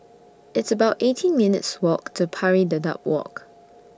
It's about eighteen minutes' Walk to Pari Dedap Walk